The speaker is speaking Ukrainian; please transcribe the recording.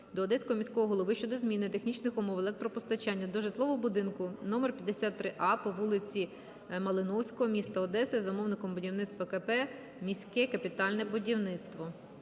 до Одеського міського голови щодо зміни технічних умов електропостачання до житлового будинку № 53-А по вулиці Малиновського, міста Одеси замовником будівництва КП "Міське капітальне будівництво".